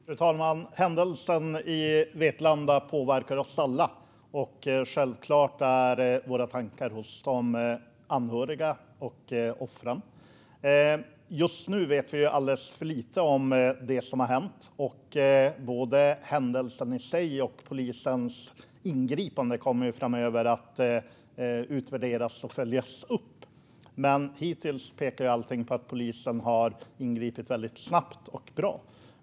Fru talman! Händelsen i Vetlanda påverkar oss alla. Självklart är våra tankar hos de anhöriga och offren. Just nu vet vi alldeles för lite om det som har hänt. Både händelsen i sig och polisens ingripande kommer framöver att utvärderas och följas upp. Men hittills pekar allting på att polisen har ingripit snabbt och bra.